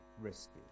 risky